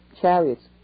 chariots